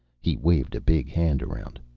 he waved a big hand around.